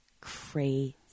Crazy